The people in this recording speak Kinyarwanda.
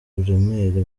uburemere